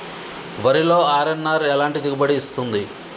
వరిలో అర్.ఎన్.ఆర్ ఎలాంటి దిగుబడి ఇస్తుంది?